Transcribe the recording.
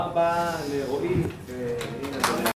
תודה רבה לרועי